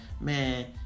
man